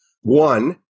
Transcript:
One—